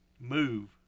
move